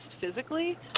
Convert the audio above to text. physically